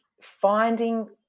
finding